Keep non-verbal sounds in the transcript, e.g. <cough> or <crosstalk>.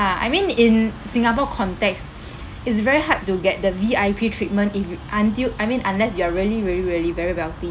I mean in singapore context <noise> it's very hard to get the V_I_P treatment if you until I mean unless you are really really really very wealthy